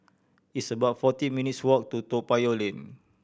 it's about forty minutes' walk to Toa Payoh Lane